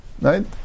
Right